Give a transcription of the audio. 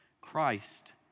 Christ